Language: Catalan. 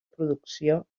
producció